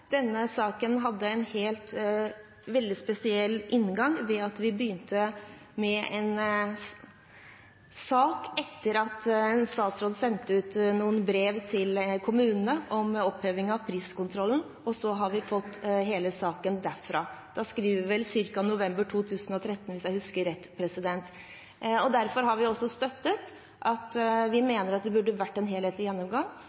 Denne saken hadde en veldig spesiell inngang ved at vi begynte med den etter at en statsråd sendte ut brev til kommunene om oppheving av priskontrollen. Så har vi fått hele saken derfra – vi skriver vel ca. november 2013, hvis jeg husker rett. Derfor har vi også ment at det burde vært en helhetlig gjennomgang. Jeg er helt sikker på at også representanten Pollestad vet at vi